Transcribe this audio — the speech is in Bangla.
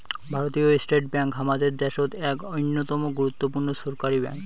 ভারতীয় স্টেট ব্যাঙ্ক হামাদের দ্যাশোত এক অইন্যতম গুরুত্বপূর্ণ ছরকারি ব্যাঙ্ক